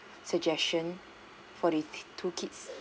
suggestion for the two kids